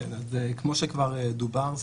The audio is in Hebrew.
כמו שכבר דובר,